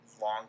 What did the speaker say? Long